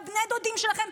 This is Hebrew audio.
בני הדודים שלכם.